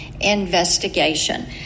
investigation